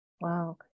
wow